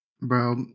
bro